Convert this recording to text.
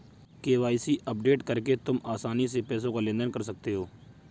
KYC update करके तुम आसानी से पैसों का लेन देन कर सकते हो